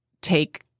take